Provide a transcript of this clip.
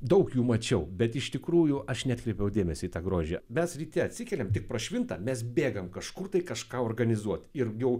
daug jų mačiau bet iš tikrųjų aš neatkreipiau dėmesį į tą grožį mes ryte atsikeliam tik prašvinta mes bėgam kažkur kažką organizuoti ir jau